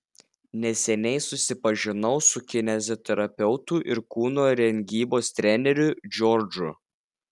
neseniai susipažinau su kineziterapeutu ir kūno rengybos treneriu džordžu